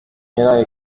yaraye